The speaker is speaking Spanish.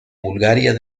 bulgaria